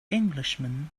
englishman